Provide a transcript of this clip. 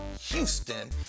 Houston